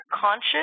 conscious